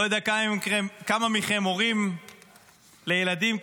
אני לא יודע כמה מכם מורים לילדים קטנים,